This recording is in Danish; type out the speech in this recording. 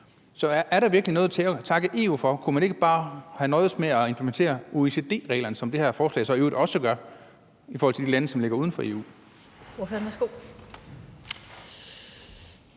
Så er der virkelig noget at takke EU for? Kunne man ikke bare have nøjedes med at implementere OECD-reglerne, som det her forslag så i øvrigt også gør, i forhold til de lande, som ligger uden for EU?